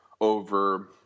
over